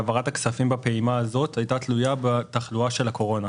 העברת הכספים בפעימה הזאת הייתה תלויה בתחלואה של הקורונה.